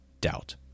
doubt